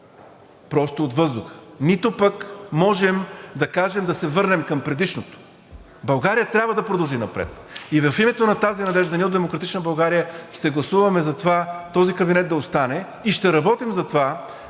просто от въздуха, нито пък можем да кажем да се върнем към предишното. България трябва да продължи напред и в името на тази надежда ние от „Демократична България“ ще гласуваме за това този кабинет да остане и ще работим за това